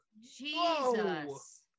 Jesus